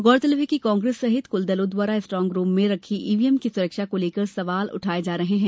गौरतलब है कि कांग्रेस सहित कुछ दलों द्वारा स्ट्रांगरूम में रखी ईवीएम की सुरक्षा को लेकर सवाल उठाये जा रहे हैं